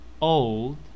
Old